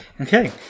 Okay